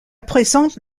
présente